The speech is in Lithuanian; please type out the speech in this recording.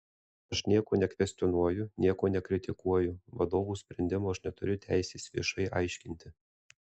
aš nieko nekvestionuoju nieko nekritikuoju vadovų sprendimo aš neturiu teisės viešai aiškinti